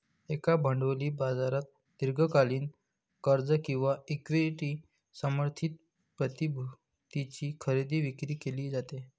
एका भांडवली बाजारात दीर्घकालीन कर्ज किंवा इक्विटी समर्थित प्रतिभूतींची खरेदी विक्री केली जाते